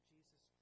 Jesus